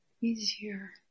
easier